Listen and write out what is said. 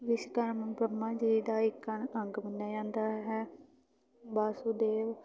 ਵਿਸ਼ਵਕਰਮਾ ਬ੍ਰਹਮਾ ਜੀ ਦਾ ਇੱਕ ਅੰਗ ਮੰਨਿਆ ਜਾਂਦਾ ਹੈ ਵਾਸੂਦੇਵ